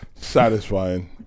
satisfying